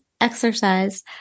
exercise